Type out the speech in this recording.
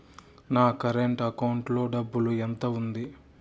నా current account లో డబ్బులు ఎంత ఉంది?